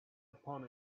upon